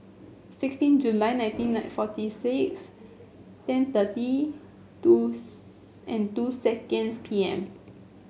sixteen July nineteen nine forty six ten thirty two and two seconds P M